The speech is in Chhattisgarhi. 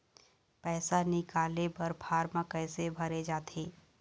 पैसा निकाले बर फार्म कैसे भरे जाथे?